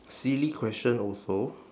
silly question also